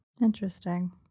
Interesting